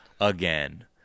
again